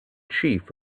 chief